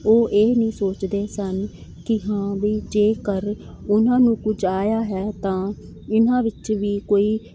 ਉਹ ਇਹ ਨਹੀਂ ਸੋਚਦੇ ਸਨ ਕੀ ਹਾਂ ਵਈ ਜੇਕਰ ਉਨ੍ਹਾਂ ਨੂੰ ਕੁਝ ਆਇਆ ਹੈ ਤਾਂ ਇਨ੍ਹਾਂ ਵਿੱਚ ਵੀ ਕੋਈ